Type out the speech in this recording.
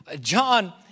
John